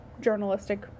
journalistic